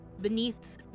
beneath